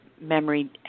memory